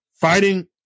fighting